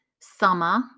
summer